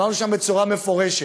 אמרנו שם בצורה מפורשת,